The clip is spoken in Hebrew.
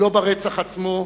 אם לא ברצח עצמו,